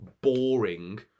boring